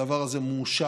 הדבר הזה מאושר